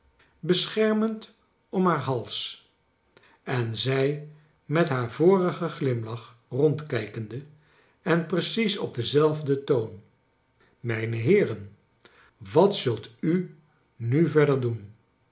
beschermend om haar hals en zei met haar vorigen glimlach rondkijkende en precies op denzelfden toon mijne heeren wat zult u nu verder doen